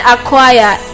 Acquire